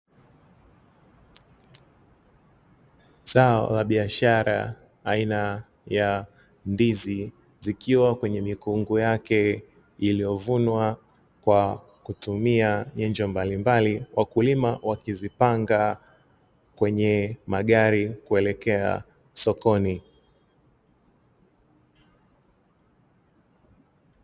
Zao la biashara aina ya ndizi zikiwa kwenye mikungu yake iliyovunwa kwa kutumia nyanja mbalimbali, wakulima wakizipanga kwenye magari kuelekea sokoni.